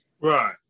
Right